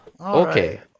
Okay